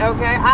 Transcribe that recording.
Okay